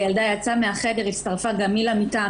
הילדה יצאה מן החדר, הצטרפה גם היא למיטה.